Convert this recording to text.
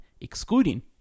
excluding